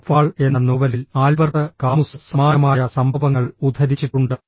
the Fall എന്ന നോവലിൽ Albert Camus സമാനമായ സംഭവങ്ങൾ ഉദ്ധരിച്ചിട്ടുണ്ട്